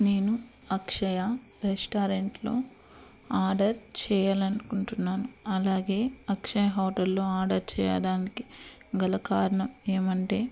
నేను అక్షయ రెస్టారెంట్లో ఆడర్ చేయలనుకుంటున్నాను అలాగే అక్షయ హోటల్లో ఆడర్ చేయడానికి గల కారణం ఏమంటే